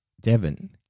Devon